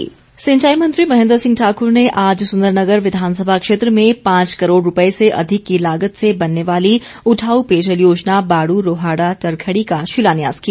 महेन्द्र सिंह सिंचाई मंत्री महेन्द्र सिंह ठाकुर ने आज सुंदरनगर विधानसभा क्षेत्र में पांच करोड़ रूपए से अधिक की लागत से बनने वाली उठाउ पेजयल योजना बाडू रोहाड़ा चरखड़ी का शिलान्यास किया